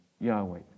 Yahweh